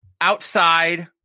outside